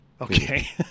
Okay